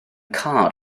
car